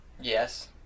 Yes